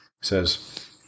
says